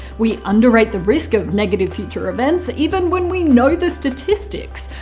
we underrate the risk of negative future events, even when we know the statistics.